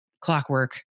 Clockwork